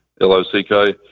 L-O-C-K